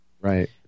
Right